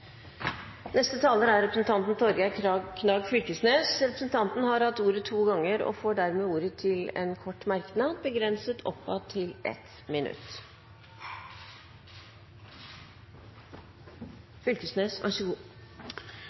Torgeir Knag Fylkesnes har hatt ordet to ganger tidligere og får ordet til en kort merknad, begrenset til 1 minutt. Det er berre til